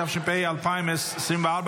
התשפ"ה 2024,